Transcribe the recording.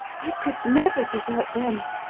i could never desert them.